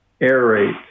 aerate